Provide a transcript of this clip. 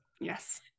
Yes